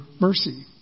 mercy